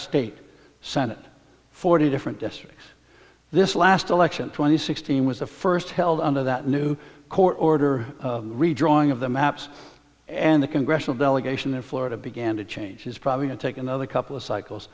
state senate forty different districts this last election twenty sixteen was the first held under that new court order redrawing of the maps and the congressional delegation in florida began to change is probably to take another couple of cycles